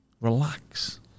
relax